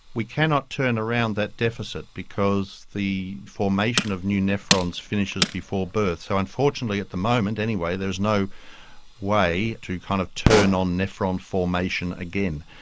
we cannot turn around that deficit because the formation of new nephrons finishes before birth, so unfortunately at the moment anyway there is no way to kind of turn on nephron formation again.